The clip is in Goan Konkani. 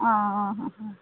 आं हां हां